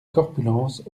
corpulence